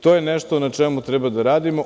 To je nešto na čemu treba da radimo.